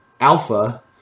alpha